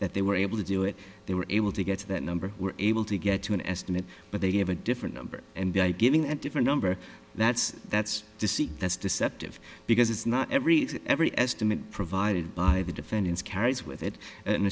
that they were able to do it they were able to get to that number were able to get to an estimate but they gave a different number and by giving a different number that's that's deceit that's deceptive because it's not every every estimate provided by the defendants carries with it an